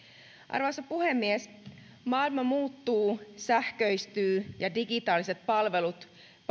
arvoisa puhemies maailma muuttuu sähköistyy ja digitaaliset palvelut